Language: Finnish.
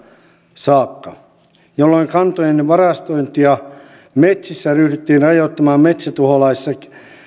saakka jolloin kantojen varastointia metsissä ryhdyttiin rajoittamaan metsätuholaisen